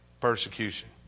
persecution